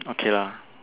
okay lah